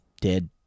Dead